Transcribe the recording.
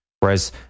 Whereas